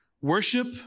worship